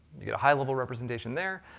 you get a high-level representation there,